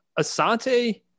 Asante